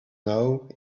now